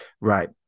Right